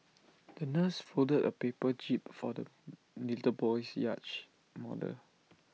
the nurse folded A paper jib for the little boy's yacht model